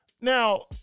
Now